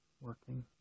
working